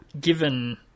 given